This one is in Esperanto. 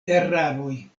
eraroj